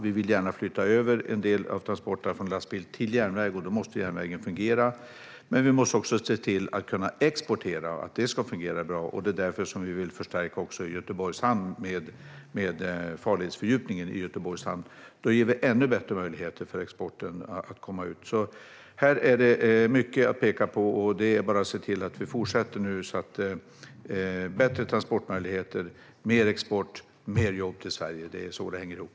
Vi vill gärna flytta över en del av transporterna från lastbil till järnväg, och då måste järnvägen fungera. Vi måste också se till att kunna exportera och att det ska fungera bra. Det är därför vi också vill förstärka Göteborgs hamn genom farledsfördjupningen. Då ger vi ännu bättre möjligheter för exporten att komma ut. Här finns alltså mycket att peka på, och det är nu bara att se till att vi fortsätter så att vi får bättre transportmöjligheter, mer export och fler jobb till Sverige. Det är så det hänger ihop.